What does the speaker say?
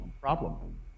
problem